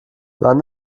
wann